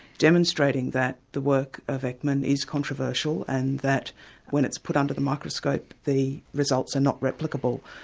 demonstrating that the work of ekman is controversial and that when it's put under the microscope, the results are not replicable.